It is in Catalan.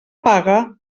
paga